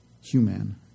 human